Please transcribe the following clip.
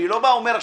אני לא בא ואומר,